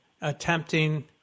attempting